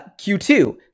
Q2